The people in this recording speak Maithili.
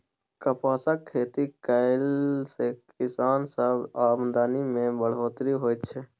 कपासक खेती कएला से किसान सबक आमदनी में बढ़ोत्तरी होएत छै